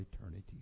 eternity